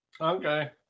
Okay